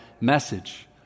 message